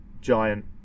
giant